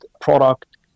product